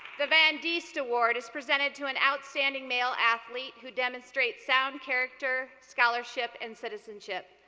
the van diest award is presented to an outstanding male athlete who demonstrates sound character, scholarship, and citizenship.